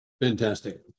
fantastic